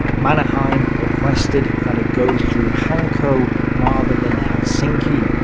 mannerheim requested that it go through hanko rather than helsinki,